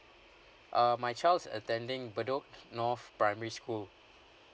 uh my child's attending bedok north primary school